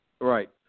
Right